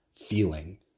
feeling